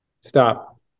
Stop